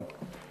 כן.